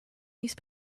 these